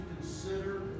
consider